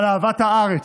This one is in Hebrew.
על אהבת הארץ,